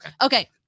Okay